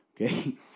okay